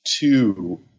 two